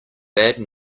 bad